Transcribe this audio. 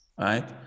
right